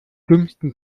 dümmsten